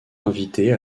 invitée